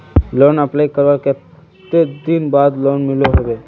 Loan apply करवार कते दिन बाद लोन मिलोहो होबे?